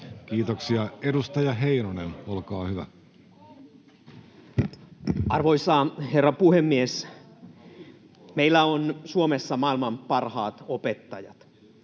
Kiitoksia. — Edustaja Heinonen, olkaa hyvä. Arvoisa herra puhemies! Meillä on Suomessa maailman parhaat opettajat.